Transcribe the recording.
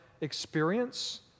experience